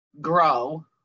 grow